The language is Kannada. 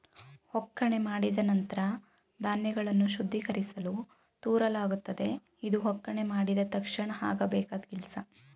ಒಕ್ಕಣೆ ಮಾಡಿದ ನಂತ್ರ ಧಾನ್ಯಗಳನ್ನು ಶುದ್ಧೀಕರಿಸಲು ತೂರಲಾಗುತ್ತದೆ ಇದು ಒಕ್ಕಣೆ ಮಾಡಿದ ತಕ್ಷಣ ಆಗಬೇಕಾದ್ ಕೆಲ್ಸ